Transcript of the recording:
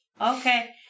Okay